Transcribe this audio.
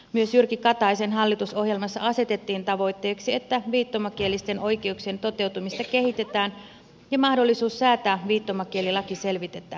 myös jyrki kataisen hallitusohjelmassa asetettiin tavoitteeksi että viittomakielisten oikeuksien toteutumista kehitetään ja mahdollisuus säätää viittomakielilaki selvitetään